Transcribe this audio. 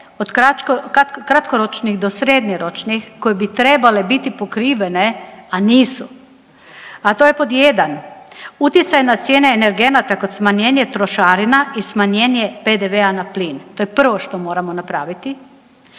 od kratkoročnih do srednjoročnih koje bi trebale biti pokrivene, a nisu. A to je pod jedan utjecaj na cijene energenata kod smanjenje trošarina i smanjenje PDV-a na plin. To je prvo što moramo napraviti